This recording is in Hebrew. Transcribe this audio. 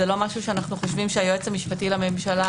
זה לא משהו שאנחנו חושבים שהיועצת המשפטית לממשלה